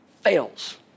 fails